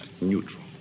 neutral